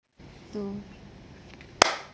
two